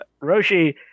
Roshi